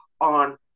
on